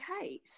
case